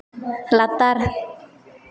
ᱞᱟᱛᱟᱨ